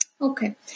Okay